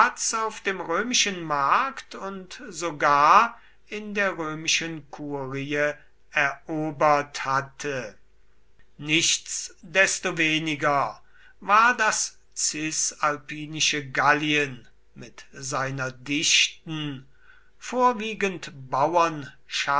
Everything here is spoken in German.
auf dem römischen markt und sogar in der römischen kurie erobert hatte nichtsdestoweniger war das cisalpinische gallien mit seiner dichten vorwiegend